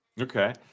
Okay